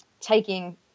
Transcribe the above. taking